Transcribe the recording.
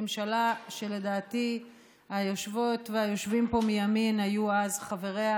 ממשלה שלדעתי היושבות והיושבים פה מימין היו אז חבריה